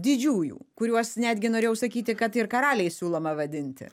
didžiųjų kuriuos netgi norėjau sakyti kad ir karaliais siūloma vadinti